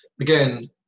again